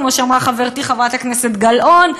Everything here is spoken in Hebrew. כמו שאמרה חברתי חברת הכנסת גלאון,